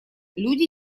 люди